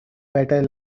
better